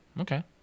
okay